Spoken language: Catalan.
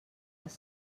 les